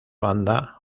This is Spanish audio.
banda